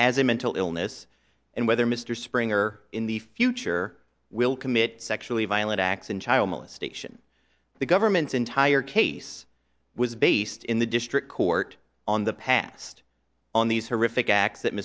has a mental illness and whether mr springer in the future will commit sexually violent acts in child molestation the government's entire case was based in the district court on the past on these horrific ac